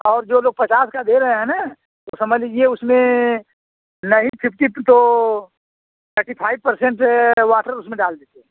और जो लोग पचास का दे रहे हैं ना तो समझ लीजिए उसमें नहीं फिफ्टी तो थर्टी फाइव परसेंट वाटर उसमें डाल देते हैं